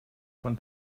von